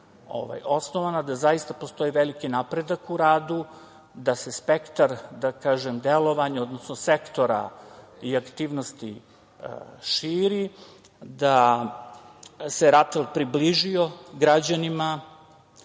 da zaista postoji veliki napredak u radu, da se spektar delovanja, odnosno sektora i aktivnosti širi, da se RATEL približio građanima